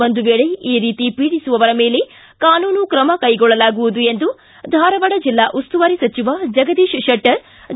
ಒಂದು ವೇಳೆ ಈ ರೀತಿ ಪೀಡಿಸುವವರ ಮೇಲೆ ಕಾನೂನು ಕ್ರಮ ಕೈಗೊಳ್ಳಲಾಗುವುದು ಎಂದು ಧಾರವಾಡ ಜಿಲ್ಲಾ ಉಸ್ತುವಾರಿ ಸಚಿವ ಜಗದೀಶ ಶೆಟ್ನರ್ ಹೇಳಿದ್ದಾರೆ